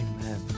Amen